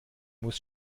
muss